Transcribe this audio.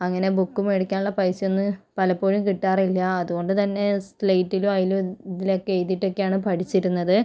അങ്ങനെ ബുക്ക് മേടിക്കാനുള്ള പൈസയൊന്നും പലപ്പോഴും കിട്ടാറില്ല അതുകൊണ്ട് തന്നെ സ്ലെയിറ്റിലും അതിലും ഇതിലൊക്കെ എഴുതിയിട്ടൊക്കെയാണ് പഠിച്ചിരുന്നത്